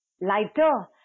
lighter